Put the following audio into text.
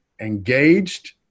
engaged